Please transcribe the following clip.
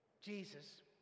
Jesus